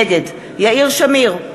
נגד יאיר שמיר,